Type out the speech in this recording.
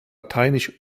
lateinisch